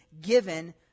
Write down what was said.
given